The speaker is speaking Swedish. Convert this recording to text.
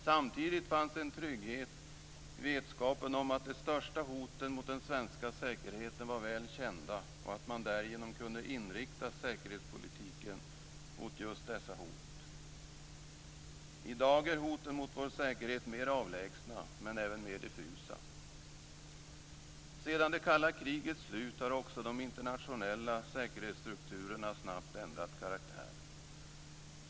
Samtidigt fanns en trygghet i vetskapen om att de största hoten mot den svenska säkerheten var väl kända och att man därigenom kunde inrikta säkerhetspolitiken mot just dessa hot. I dag är hoten mot vår säkerhet mer avlägsna, men även mer diffusa. Sedan det kalla krigets slut har också de internationella säkerhetsstrukturerna snabbt ändrat karaktär.